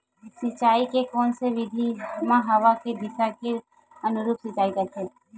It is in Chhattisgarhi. सिंचाई के कोन से विधि म हवा के दिशा के अनुरूप सिंचाई करथे?